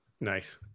Nice